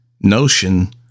notion